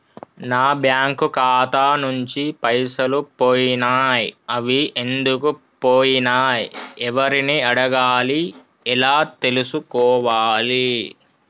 నా బ్యాంకు ఖాతా నుంచి పైసలు పోయినయ్ అవి ఎందుకు పోయినయ్ ఎవరిని అడగాలి ఎలా తెలుసుకోవాలి?